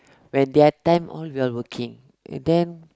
when their time all we are working and then